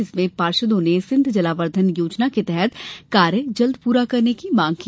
जिसमें पार्षदों ने सिंध जलार्वधन योजना के तहत कार्य जल्द पूरा करने की मांग की